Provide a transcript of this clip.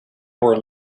were